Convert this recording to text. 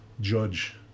judge